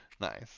Nice